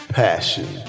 passion